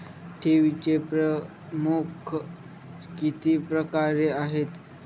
ठेवीचे प्रमुख किती प्रकार आहेत?